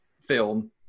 film